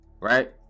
right